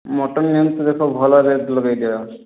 mutton ନିଅନ୍ତୁ ଦେଖ ଭଲ ରେଟ୍ ଲଗେଇ ଦିଆଯାଉଛି